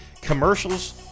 Commercials